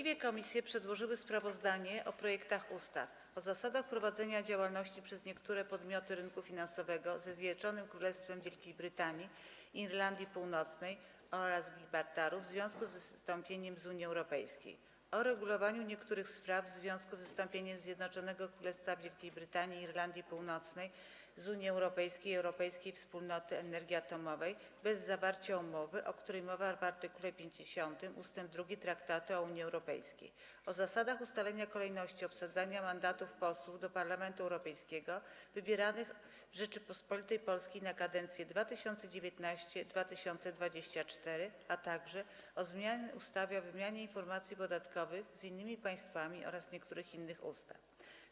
Właściwe komisje przedłożyły sprawozdania o projektach ustaw: - o zasadach prowadzenia działalności przez niektóre podmioty rynku finansowego ze Zjednoczonego Królestwa Wielkiej Brytanii i Irlandii Północnej oraz Gibraltaru w związku z wystąpieniem z Unii Europejskiej, - o uregulowaniu niektórych spraw w związku z wystąpieniem Zjednoczonego Królestwa Wielkiej Brytanii i Irlandii Północnej z Unii Europejskiej i Europejskiej Wspólnoty Energii Atomowej bez zawarcia umowy, o której mowa w art. 50 ust. 2 Traktatu o Unii Europejskiej, - o zasadach ustalenia kolejności obsadzania mandatów posłów do Parlamentu Europejskiego wybieranych w Rzeczypospolitej Polskiej na kadencję 2019–2024, - o zmianie ustawy o wymianie informacji podatkowych z innymi państwami oraz niektórych innych ustaw.